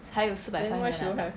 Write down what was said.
then why she don't have